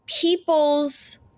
people's